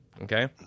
Okay